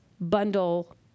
bundle